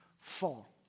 fall